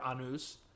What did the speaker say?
anus